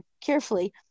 carefully